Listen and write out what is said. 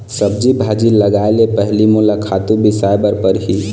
सब्जी भाजी लगाए ले पहिली मोला खातू बिसाय बर परही